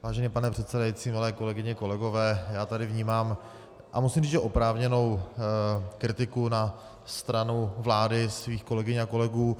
Vážený pane předsedající, milé kolegyně, kolegové, já tady vnímám, a musím říct že oprávněnou, kritiku na stranu vlády, svých kolegyň a kolegů.